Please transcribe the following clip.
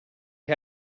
you